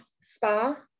spa